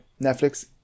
Netflix